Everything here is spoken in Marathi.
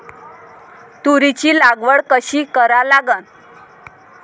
तुरीची लागवड कशी करा लागन?